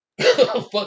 fuck